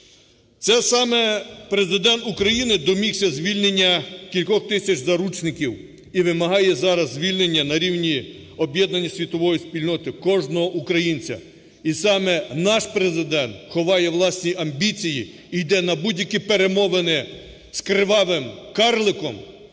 Це саме Президент України домігся звільнення кількох тисяч заручників і вимагає зараз звільнення на рівні об'єднання світової спільноти кожного українця. І саме наш Президент ховає власні амбіції і йде на будь-які перемовини з "кривавим карликом",